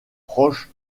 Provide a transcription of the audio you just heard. proche